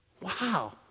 Wow